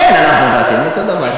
כן, אנחנו ואתם אותו דבר.